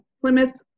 plymouth